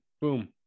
Boom